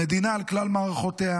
המדינה על כלל מערכותיה